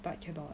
but cannot ah